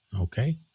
Okay